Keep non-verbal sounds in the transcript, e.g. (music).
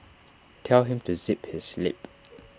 tell him to zip his lip (noise)